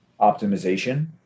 optimization